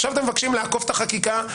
עכשיו אתם מבקשים לעקוף את החקיקה,